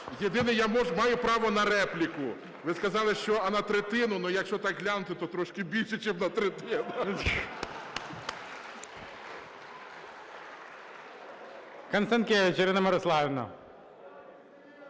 Єдине, я маю право на репліку. Ви сказали, що на третину, якщо так глянути, то трошки більше, чим на третину. ГОЛОВУЮЧИЙ. Констанкевич Ірина Мирославівна.